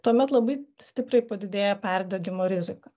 tuomet labai stipriai padidėja perdegimo rizika